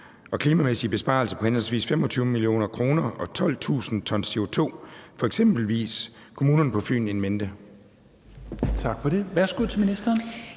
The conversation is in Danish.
og klimamæssige besparelse på henholdsvis 25 mio. kr. og 12.000 t CO2 for eksempelvis kommunerne på Fyn in mente?